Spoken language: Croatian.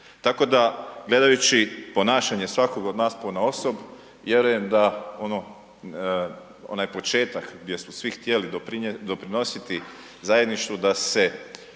Tako da, gledajući ponašanje svakog od nas ponaosob, vjerujem da ono, onaj početak gdje smo svi htjeli doprinositi zajedništvu, da se